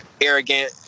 arrogant